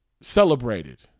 celebrated